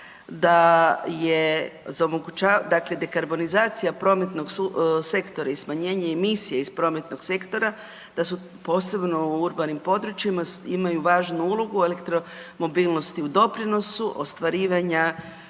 dakle dekarbonizacija prometnog sektora i smanjenje emisije iz prometnog sektora, da su posebno u urbanim područjima, imaju važnu ulogu, elektromobilnosti u doprinosu ostvarivanja